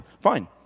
Fine